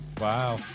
Wow